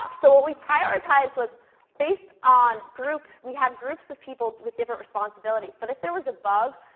um so what we prioritized was based on group we had groups of people with different responsibilities. but if there was a bug,